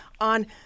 on